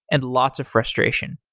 and lots of frustration.